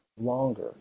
longer